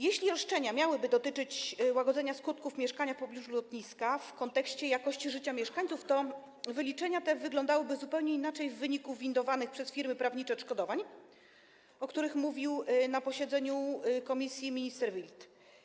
Jeśli roszczenia miałyby dotyczyć łagodzenia skutków mieszkania w pobliżu lotniska w kontekście jakości życia mieszkańców, to wyliczenia te wyglądałyby zupełnie inaczej niż w wypadku wywindowanych przez firmy prawnicze wysokości odszkodowań, o których mówił na posiedzeniu komisji minister Wild.